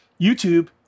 YouTube